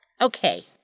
Okay